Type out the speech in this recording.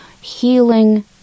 healing